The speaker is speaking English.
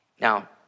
Now